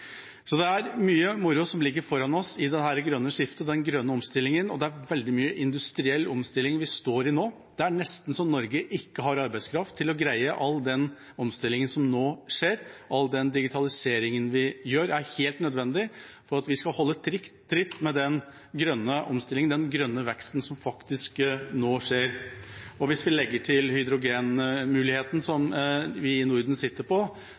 Så det er mye moro som ligger foran oss i det grønne skiftet og i den grønne omstillingen, og det er veldig mye industriell omstilling vi står i nå. Det er nesten så Norge ikke har arbeidskraft til å greie all den omstillingen som nå skjer. All den digitaliseringen vi gjør, er helt nødvendig for at vi skal holde tritt med den grønne omstillingen og den grønne veksten som nå faktisk skjer. Og hvis vi legger til hydrogenmuligheten som vi i Norden sitter på,